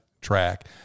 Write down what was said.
track